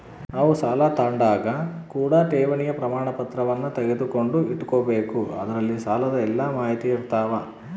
ನಾವು ಸಾಲ ತಾಂಡಾಗ ಕೂಡ ಠೇವಣಿಯ ಪ್ರಮಾಣಪತ್ರವನ್ನ ತೆಗೆದುಕೊಂಡು ಇಟ್ಟುಕೊಬೆಕು ಅದರಲ್ಲಿ ಸಾಲದ ಎಲ್ಲ ಮಾಹಿತಿಯಿರ್ತವ